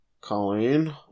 Colleen